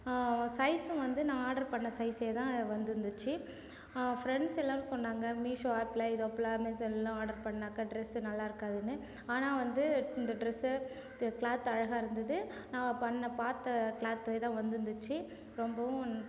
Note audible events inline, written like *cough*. சைஸ்ஸும் வந்து நான் ஆர்டர் பண்ண சைஸ்ஸே தான் வந்துருந்துச்சு ஃப்ரெண்ட்ஸ் எல்லாரும் சொன்னாங்க மீஷோ ஆப்பில் இதோ *unintelligible* ஆர்டர் பண்ணாக்க ட்ரெஸ்ஸு நல்லா இருக்காதுன்னு ஆனால் வந்து இந்த ட்ரெஸ்ஸு தெ க்ளாத் அழகாக இருந்தது நான் பண்ண பார்த்த க்ளாத்தே தான் வந்துருந்துச்சு ரொம்பவும்